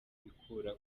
bikura